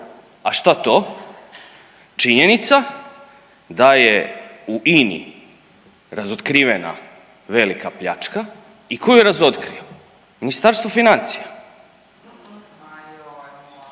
a šta to, činjenica da je u INA-i razotkrivena velika pljačka i tko ju je razotkrio, Ministarstvo financija i šta onda